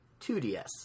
2DS